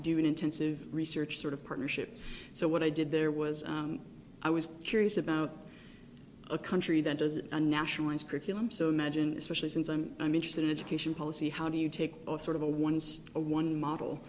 an intensive research sort of partnership so what i did there was i was curious about a country that does a nationalized curriculum so imagine especially since i'm i'm interested in education policy how do you take all sort of a once a one model